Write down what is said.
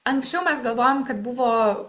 anksčiau mes galvojom kad buvo